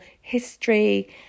history